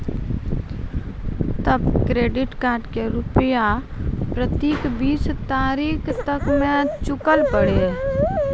तब credit card के रूपिया प्रतीक बीस तारीख तक मे चुकल पड़ी?